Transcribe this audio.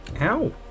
Ow